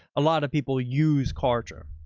a lot of people use kartra.